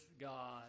God